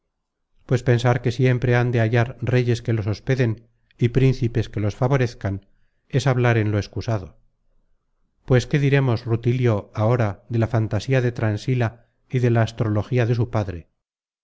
pues pensar que siempre han de hallar reyes que los hospeden y príncipes que los favorezcan es hablar en lo excusado pues qué diremos rutilio ahora de la fantasía de transila y de la astrología de su padre